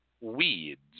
weeds